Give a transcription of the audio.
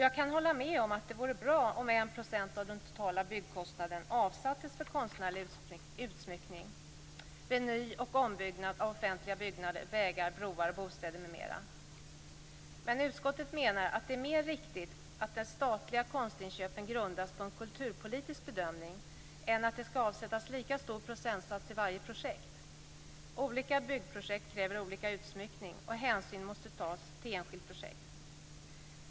Jag kan hålla med om att det vore bra om 1 % av den totala byggkostnaden avsattes för konstnärlig utsmyckning vid ny och ombyggnad av offentliga byggnader, vägar, broar, bostäder m.m. Men utskottet menar att det är mer riktigt att de statliga konstinköpen grundas på en kulturpolitisk bedömning än att det skall avsättas lika stor procentsats till varje projekt. Olika byggprojekt kräver olika utsmyckning och hänsyn måste tas till enskilt projekt.